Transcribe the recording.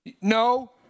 No